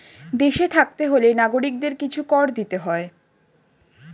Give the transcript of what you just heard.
দেশে থাকতে হলে নাগরিকদের কিছু কর দিতে হয়